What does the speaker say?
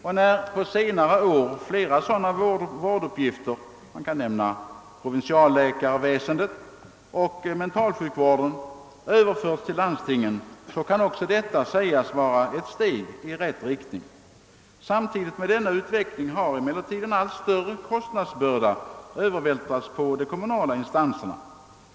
Och när på senare år flera sådana vårduppgifter — man kan nämna provinsialläkarväsendet och mentalsjukvården — överförts till landstingen, så kan också detta sägas vara ett steg i rätt riktning. Samtidigt med denna utveckling har emellertid en allt större kostnadsbörda övervältrats på de kommunala instanserna.